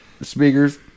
speakers